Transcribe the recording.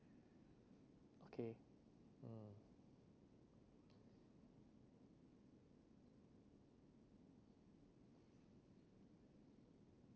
okay mm